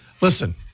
Listen